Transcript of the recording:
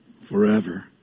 forever